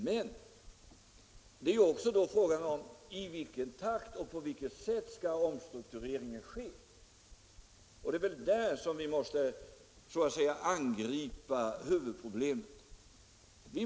Men det är också fråga om i vilken takt och på vilket sätt omstruktureringen skall ske. Det är väl där huvudproblemet finns.